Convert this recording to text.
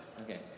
Okay